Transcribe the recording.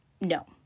no